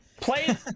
Play